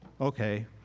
Okay